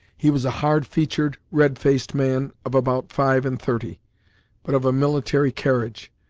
he was a hard featured, red faced man of about five and thirty but of a military carriage,